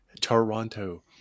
Toronto